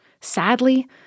Sadly